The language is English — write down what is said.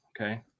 Okay